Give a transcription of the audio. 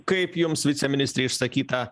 kaip jums viceministre išsakyta